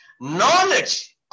Knowledge